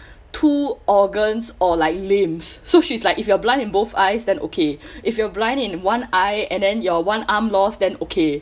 two organs or like limbs so she's like if you are blind in both eyes then okay if you are blind in one eye and then your one arm loss then okay